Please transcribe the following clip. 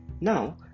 now